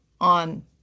on